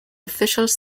officials